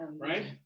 right